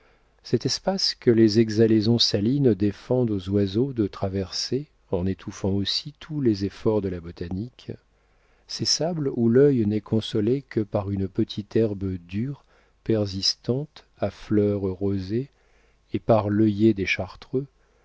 cet espace que les exhalaisons salines défendent aux oiseaux de traverser en étouffant aussi tous les efforts de la botanique ces sables où l'œil n'est consolé que par une petite herbe dure persistante à fleurs rosées et par l'œillet des chartreux